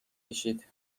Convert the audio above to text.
کشید